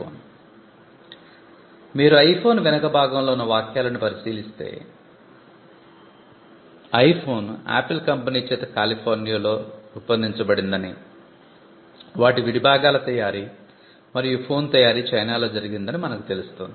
ఇప్పుడు మీరు iPhone వెనుక భాగంలో ఉన్న వాక్యాలను పరిశీలిస్తే iPhone ఆపిల్ కంపెనీ చేత కాలిఫోర్నియాలో రూపొందించబడిoదని వాటి విడి భాగాల తయారి మరియు ఫోన్ తయారి చైనాలో జరిగిందని మనకు తెలుస్తుంది